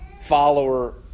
follower